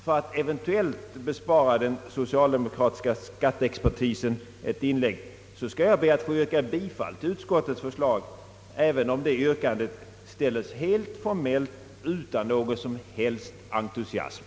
För att eventuellt bespara den socialdemokratiska skatteexpertisen ett inlägg skall jag be att få yrka bifall till utskottets förslag — även om det yrkandet ställes helt formellt och utan någon som helst entusiasm!